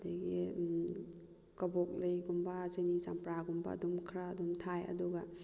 ꯑꯗꯨꯗꯒꯤ ꯀꯕꯣꯛꯂꯩꯒꯨꯝꯕ ꯆꯤꯅꯤꯆꯝꯄꯔꯥꯒꯨꯝꯕ ꯑꯗꯨꯝ ꯈꯔ ꯑꯗꯨꯝ ꯊꯥꯏ ꯑꯗꯨꯒ